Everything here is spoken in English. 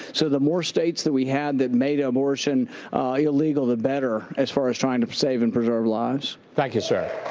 so the more states that we have that made abortion illegal, the better, as far as trying to save and preserve lives. thank you, sir.